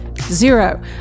zero